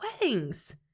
weddings